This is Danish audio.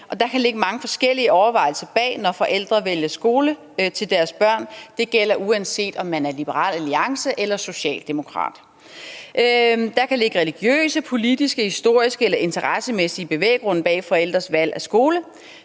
der kan ligge mange forskellige overvejelser bag, når forældre vælger skole til deres børn. Det gælder, uanset om man er fra Liberal Alliance eller socialdemokrat. Der kan ligge religiøse, politiske, historiske eller interessemæssige bevæggrunde bag forældres valg af skole.